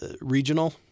regional